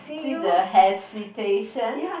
see the hesitation